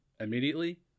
immediately